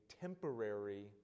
temporary